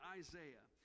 isaiah